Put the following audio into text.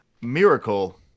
Miracle